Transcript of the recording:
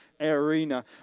arena